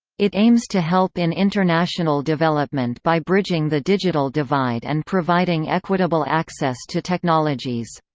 it aims to help in international development by bridging the digital divide and providing equitable access to technologies.